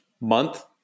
month